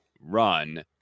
run